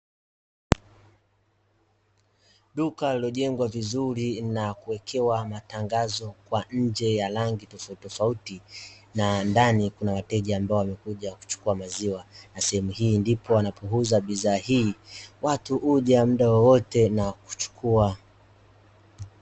Duka lililo jengwa vizuri na kuwekewa matangazo kwa nje ya rangi tofauti tofauti, na ndani kuna wateja ambao wamekuja kuchukua maziwa na sehemu hii ndipo wanapo uza bidhaa hii watu huja mda wowote na kuchukua.